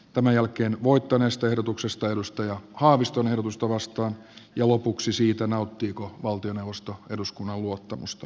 tämän jälkeen voittaneesta ehdotuksesta edustaja näin ollen eduskunta toteaa että hallitus ei nauti sen luottamusta